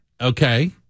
Okay